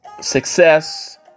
success